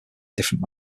different